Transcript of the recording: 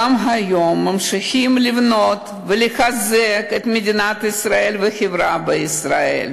גם היום ממשיכים לבנות ולחזק את מדינת ישראל ואת החברה בישראל.